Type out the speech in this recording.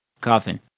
Coffin